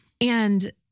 And-